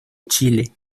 chile